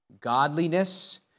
godliness